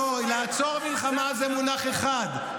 לעצור מלחמה זה מונח אחד,